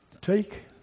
take